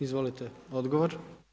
Izvolite, odgovor.